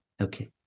Okay